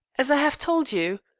as i have told you.